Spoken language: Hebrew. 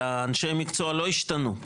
אנשי המקצוע לא ישתנו,